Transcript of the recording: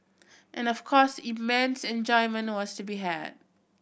and of course immense enjoyment was to be had